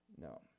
No